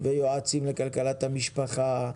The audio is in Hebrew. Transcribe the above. ויועצים לכלכלת המשפחה,